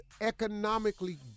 economically